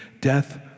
death